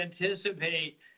anticipate